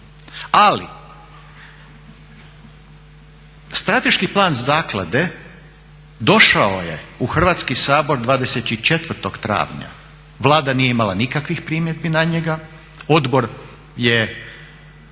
ali Strateški plan zaklade došao je u Hrvatski sabor 24.4. Vlada nije imala nikakvih primjedbi na njega, odbor je